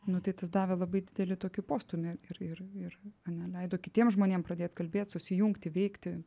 nu tai tas davė labai didelį tokį postūmį ir ir ir ane leido kitiem žmonėm pradėt kalbėt susijungti veikti